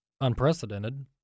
unprecedented